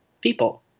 people